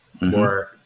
more